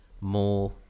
more